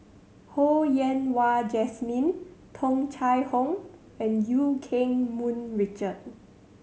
Ho Yen Wah Jesmine Tung Chye Hong and Eu Keng Mun Richard